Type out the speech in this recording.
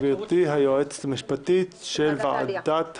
גברתי היועצת המשפטית של ועדת העלייה,